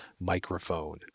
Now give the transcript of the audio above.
microphone